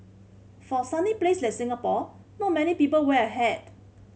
for sunny place like Singapore not many people wear a hat